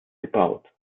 gebaut